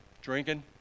drinking